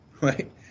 right